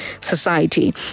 society